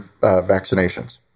vaccinations